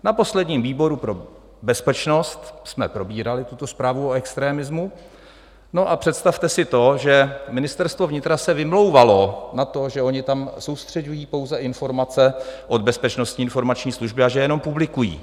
Na posledním výboru pro bezpečnost jsme probírali tuto zprávu o extrémismu a představte si to, že Ministerstvo vnitra se vymlouvalo na to, že oni tam soustřeďují pouze informace od Bezpečnostní informační služby a že jenom publikují.